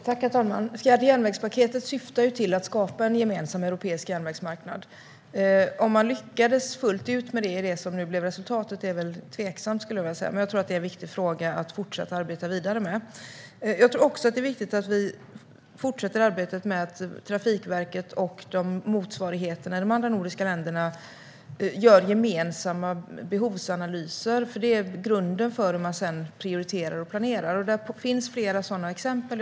Herr talman! Järnvägspaketet syftar till att skapa en gemensam europeisk järnvägsmarknad. Om man lyckades fullt ut med det i det som nu blev resultatet är väl tveksamt. Men det är en viktig fråga att fortsätta att arbeta vidare med. Det är också viktigt att vi fortsätter arbetet med Trafikverket och motsvarigheten i de andra nordiska länderna och gör gemensamma behovsanalyser. Det är grunden för hur man sedan prioriterar och planerar. Det finns flera sådana exempel.